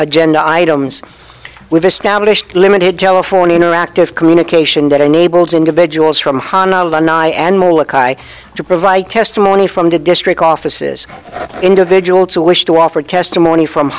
agenda items we've established limited telephone interactive communication that enables individuals from honolulu to provide testimony from the district offices individuals who wish to offer testimony from